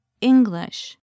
English